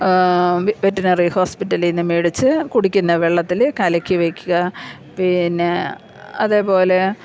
veterinary ഹോസ്പിറ്റലിൽ നിന്ന് മേടിച്ചു കുടിക്കുന്ന വെള്ളത്തിൽ കലക്കി വയ്ക്കുക പിന്നെ അതേപോലെ